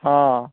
ହଁ